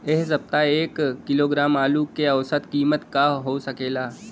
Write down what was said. एह सप्ताह एक किलोग्राम आलू क औसत कीमत का हो सकेला?